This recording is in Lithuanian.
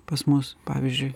pas mus pavyzdžiui